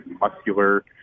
muscular